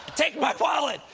take my wallet!